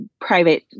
private